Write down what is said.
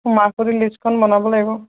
লিষ্টখন বনাব লাগিব